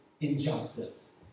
injustice